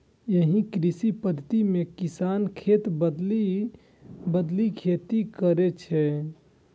एहि कृषि पद्धति मे किसान खेत बदलि बदलि के खेती करै छै